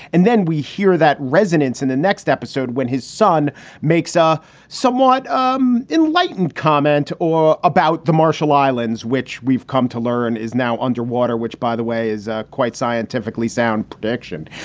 and then we hear that resonance in the next episode when his son makes a somewhat um enlightened comment about the marshall islands, which we've come to learn is now underwater, which, by the way, is ah quite scientifically sound prediction.